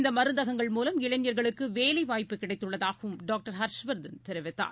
இந்தமருந்தகங்கள் மூலம் இளைஞர்களுக்குவேலைவாய்ப்புகள் கிடைத்துள்ளதாகவும் டாக்டர் ஹர்ஷ்வர்தன் தெரிவித்தார்